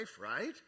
right